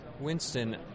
winston